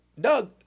Doug